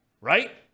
right